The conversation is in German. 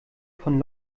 von